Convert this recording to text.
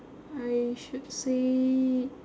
I should say